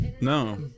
no